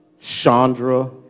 Chandra